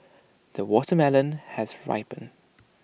the watermelon has ripened